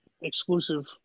exclusive